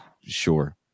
sure